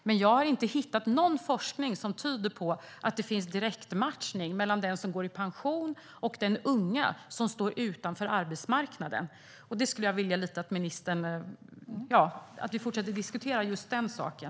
Men jag har inte hittat någon forskning som tyder på att det finns en direktmatchning mellan den som går i pension och den unga som står utanför arbetsmarknaden. Jag skulle vilja att vi fortsätter diskutera just den saken.